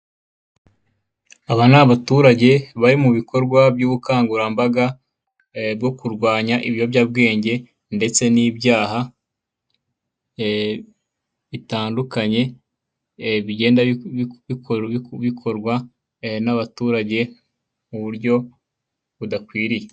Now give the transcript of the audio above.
Aba ni abaturage bari mu bikorwa by'ubukangurambaga bwo kurwanya ibiyobyabwenge ndetse n'ibyaha bitandukanye, bigenda bikorwa n'abaturage mu buryo budakwiriye.